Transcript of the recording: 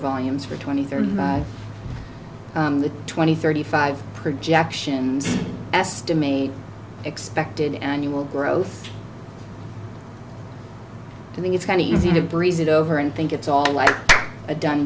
volumes for twenty thirty twenty thirty five projections estimate expected annual growth i think it's kind of easy to breeze it over and think it's all like a done